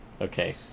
Okay